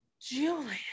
Julian